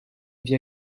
vie